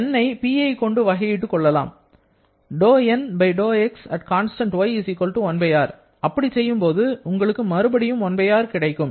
N ஐ P ஐ கொண்டு வகையிட்டு கொள்ளலாம் அப்படிச் செய்யும்போது உங்களுக்கு மறுபடியும் 1R கிடைக்கும்